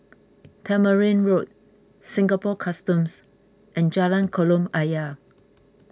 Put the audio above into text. Tamarind Road Singapore Customs and Jalan Kolam Ayer